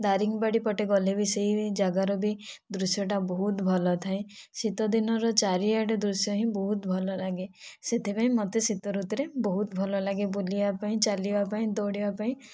ଦାରିଙ୍ଗବାଡ଼ି ପଟେ ଗଲେ ବି ସେହି ଜାଗାର ବି ଦୃଶ୍ୟ ଟା ବହୁତ ଭଲ ଥାଏ ଶୀତ ଦିନର ଚାରିଆଡ଼ର ଦୃଶ୍ୟ ହିଁ ବହୁତ ଭଲ ଲାଗେ ସେଥିପାଇଁ ମୋତେ ଶୀତ ଋତୁରେ ବହୁତ ଭଲ ଲାଗେ ବୁଲିବା ପାଇଁ ଚାଲିବା ପାଇଁ ଦଉଡ଼ିବା ପାଇଁ